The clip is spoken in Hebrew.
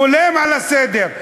חולם על סדר,